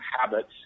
habits